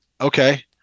Okay